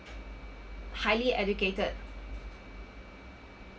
highly educated